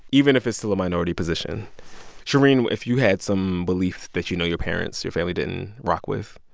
even if it's still a minority position shereen, if you had some belief that you know your parents your family didn't rock with,